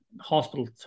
hospital